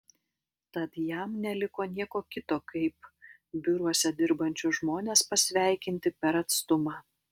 tad jam neliko nieko kito kaip biuruose dirbančius žmones pasveikinti per atstumą